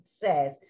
says